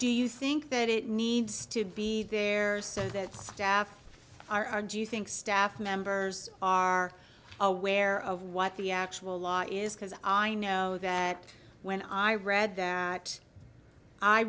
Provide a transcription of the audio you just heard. do you think that it needs to be there so that staff are do you think staff members are aware of what the actual law is because i know that when i read that i